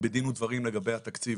בדין ודברים לגבי התקציב.